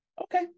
Okay